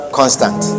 constant